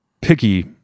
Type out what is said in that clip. picky